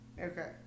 Okay